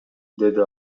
деди